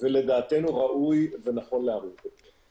ולדעתנו ראוי ונכון להאריך אותו.